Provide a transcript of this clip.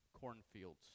cornfields